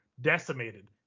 decimated